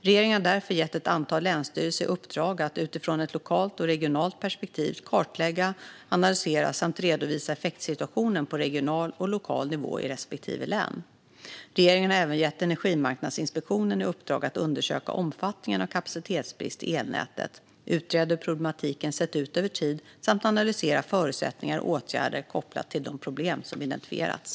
Regeringen har därför gett ett antal länsstyrelser i uppdrag att utifrån ett lokalt och regionalt perspektiv kartlägga, analysera samt redovisa effektsituationen på regional och lokal nivå i respektive län. Regeringen har även gett Energimarknadsinspektionen i uppdrag att undersöka omfattningen av kapacitetsbrist i elnätet, utreda hur problematiken sett ut över tid samt analysera förutsättningar och åtgärder kopplat till de problem som identifierats.